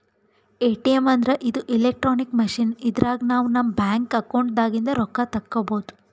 ATM ಅಂದ್ರ ಇದು electronic machine ಇದ್ರಾಗ್ ನಾವ್ ನಮ್ ಬ್ಯಾಂಕ್ ಅಕೌಂಟ್ ದಾಗಿಂದ್ ರೊಕ್ಕ ತಕ್ಕೋಬಹುದ್